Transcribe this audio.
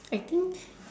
I think